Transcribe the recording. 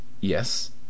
Yes